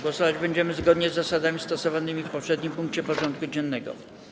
Głosować będziemy zgodnie z zasadami stosowanymi w poprzednim punkcie porządku dziennego.